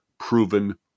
proven